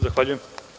Zahvaljujem.